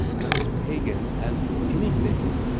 i'm as pagan as anything!